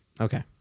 Okay